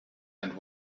and